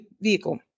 vehicle